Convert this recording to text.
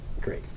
great